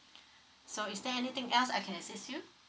so is there anything else I can assist you